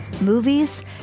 movies